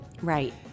Right